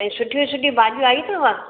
ऐं सुठियूं सुठियूं भाॼियूं आई अथव